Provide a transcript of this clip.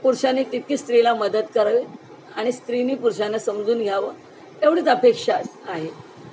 पुरुषांनी तितकी स्त्रीला मदत करावी आणि स्त्रीनी पुरुषांना समजून घ्यावं एवढीच अपेक्षा अस आहे